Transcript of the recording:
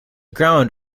ground